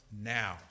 now